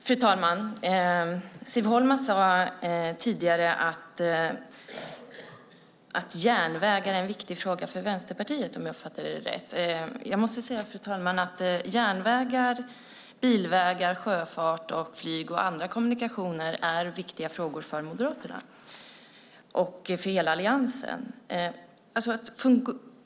Fru talman! Siv Holma sade tidigare att järnvägar är en viktig fråga för Vänsterpartiet, om jag uppfattade henne rätt. Jag måste säga, fru talman, att frågor om järnvägar, bilvägar, sjöfart och flyg och andra kommunikationer är viktiga frågor för Moderaterna och för hela Alliansen.